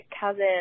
cousin